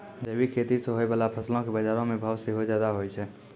जैविक खेती से होय बाला फसलो के बजारो मे भाव सेहो ज्यादा होय छै